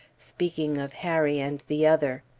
speaking of harry and the other.